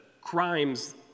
crimes